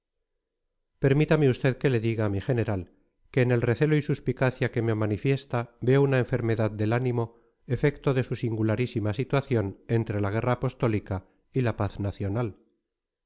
permítame usted que le diga mi general que en el recelo y suspicacia que me manifiesta veo una enfermedad del ánimo efecto de su singularísima situación entre la guerra apostólica y la paz nacional